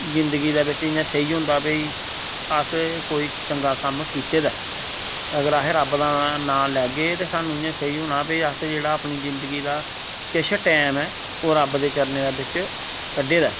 जिंदगी दे बिच इयां स्हेई हुंदा भाई अस कोई चंगा कम्म कीते दा ऐ अगर अहें रब्ब दा नां लैगे ते स्हानू स्हेई होना भाई अस जेह्ड़ा अपनी जिंदगी दा किश टैम ऐ ओह् रब्ब दे चरणें दे बिच कड्ढे दा ऐ